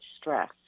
stress